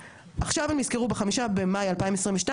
כשאנחנו עובדים ככה ממרץ 2020,